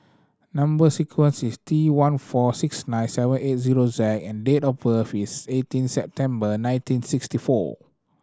number sequence is T one four six nine seven eight zero Z and date of birth is eighteen September nineteen sixty four